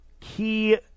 key